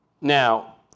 Now